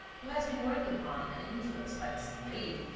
who has been worked upon and influenced by the same lady.